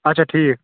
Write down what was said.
اچھا ٹھیٖک